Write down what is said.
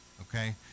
okay